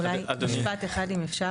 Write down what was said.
משפט אחד אם אפשר?